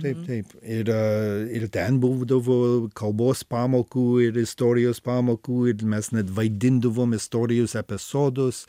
taip taip ir ir ten būdavo kalbos pamokų ir istorijos pamokų ir mes net vaidindavom istorijos apie sodus